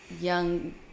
young